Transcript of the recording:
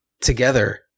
together